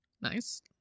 Nice